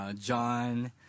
John